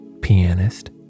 pianist